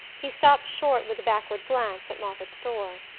he stopped short with a backward glance at moffatt's door.